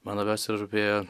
man labiausia rūpėjo